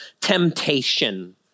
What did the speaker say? temptation